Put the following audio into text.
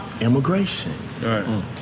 immigration